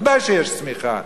ודאי שיש צמיחה,